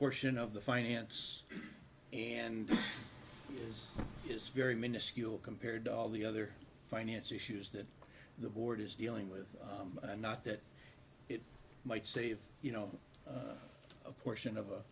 portion of the finance and yours is very minuscule compared to all the other finance issues that the board is dealing with not that it might save you know a portion of